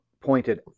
pointed